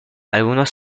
algunos